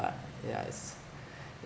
but yeah it's